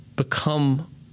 Become